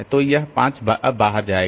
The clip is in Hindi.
तो यह 5 अब बाहर जाएगा